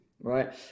right